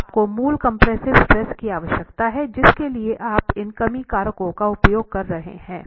तो आपको मूल कंप्रेसिव स्ट्रेस की आवश्यकता है जिसके लिए आप इन कमी कारकों का उपयोग कर रहे हैं